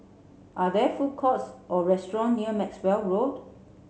are there food courts or restaurant near Maxwell Road